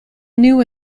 new